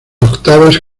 octavas